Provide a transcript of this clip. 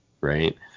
Right